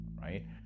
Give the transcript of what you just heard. right